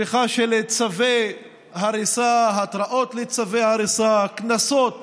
שליחה של צווי הריסה, התראות לצווי הריסה, קנסות